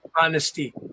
honesty